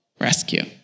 rescue